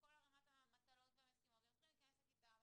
כל ערימת המטלות והמשימות והם צריכים להיכנס לכיתה.